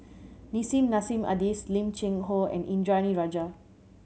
Nissim Nassim Adis Lim Cheng Hoe and Indranee Rajah